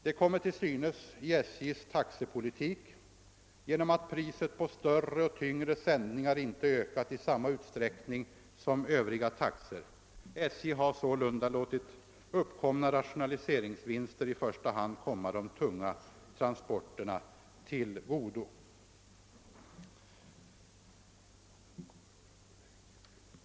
Det kommer till synes i SJ:s taxepolitik genom att priset på större och tyngre sändningar inte ökat i samma utsträckning som Övriga taxor. SJ har sålunda låtit rationaliseringsvinsterna i första hand komma de tunga transporterna till godo.